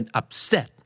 upset